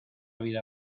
vida